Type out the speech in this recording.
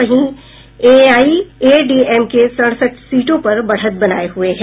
वहीं एआईएडीएमके सड़सठ सीटों पर बढ़त बनाये हुये है